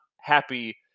happy